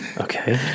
Okay